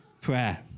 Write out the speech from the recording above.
prayer